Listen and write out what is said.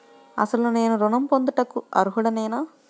అసలు నేను ఋణం పొందుటకు అర్హుడనేన?